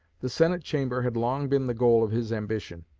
the senate chamber had long been the goal of his ambition.